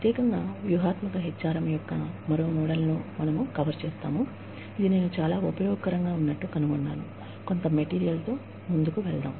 ప్రత్యేకంగా వ్యూహాత్మక HRM యొక్క మరో మోడల్ను మనము కవర్ చేస్తాము ఇది నేను చాలా ఉపయోగకరంగా ఉన్నట్లు కనుగొన్నాను కొంత మెటీరియల్ తో ముందుకు వెళ్దాం